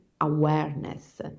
awareness